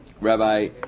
Rabbi